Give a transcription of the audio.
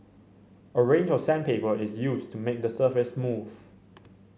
a range of sandpaper is used to make the surface smooth